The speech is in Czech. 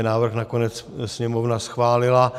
Ten návrh nakonec Sněmovna schválila.